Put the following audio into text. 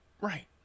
right